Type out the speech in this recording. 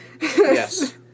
Yes